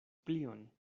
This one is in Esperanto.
plion